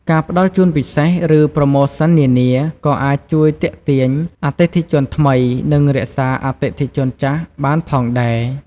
ការផ្ដល់ជូនពិសេស ឬប្រូម៉ូសិននានា ក៏អាចជួយទាក់ទាញអតិថិជនថ្មី និងរក្សាអតិថិជនចាស់បានផងដែរ។